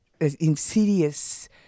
insidious